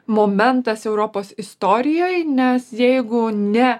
momentas europos istorijoj nes jeigu ne